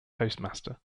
postmaster